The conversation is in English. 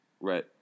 Right